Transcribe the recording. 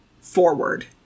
forward